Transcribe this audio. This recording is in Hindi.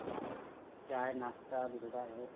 चा चाय नाश्ता मिलता है